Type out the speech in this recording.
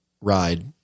ride